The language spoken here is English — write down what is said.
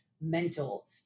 mental